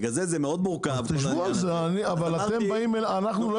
בגלל זה, זה מאוד מורכב.